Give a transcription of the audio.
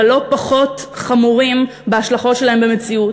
אבל לא פחות חמורים בהשלכות שלהם במציאות,